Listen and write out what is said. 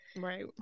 right